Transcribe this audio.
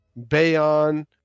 Bayon